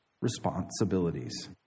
responsibilities